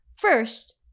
first